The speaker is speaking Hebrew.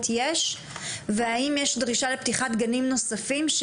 יש והאם יש דרישה לפתיחת גנים נוספים,